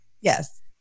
Yes